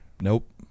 nope